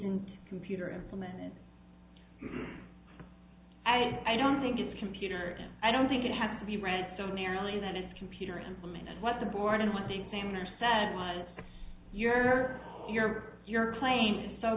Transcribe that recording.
in computer implemented i don't think it's a computer i don't think it has to be read so narrowly that it's computer implemented what the board and what the examiner said was your your your plane so